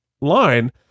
line